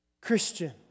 Christian